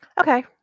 okay